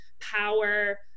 power